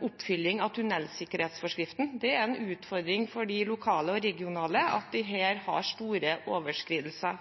oppfylling av tunnelsikkerhetsforskriften. Det er en utfordring for de lokale og regionale at de her har store overskridelser.